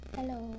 Hello